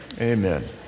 Amen